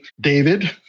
David